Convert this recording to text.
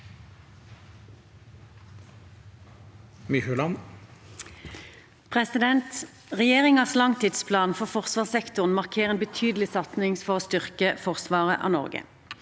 Regjeringens langtidsplan for forsvarssektoren markerer en betyde lig satsing for å styrke forsvaret av Norge.